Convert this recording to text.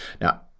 Now